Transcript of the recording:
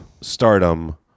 stardom